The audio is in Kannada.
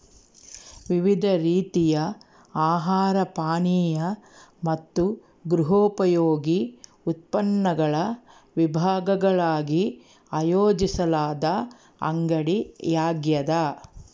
ವಿವಿಧ ರೀತಿಯ ಆಹಾರ ಪಾನೀಯ ಮತ್ತು ಗೃಹೋಪಯೋಗಿ ಉತ್ಪನ್ನಗಳ ವಿಭಾಗಗಳಾಗಿ ಆಯೋಜಿಸಲಾದ ಅಂಗಡಿಯಾಗ್ಯದ